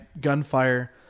gunfire